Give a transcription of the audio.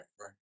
right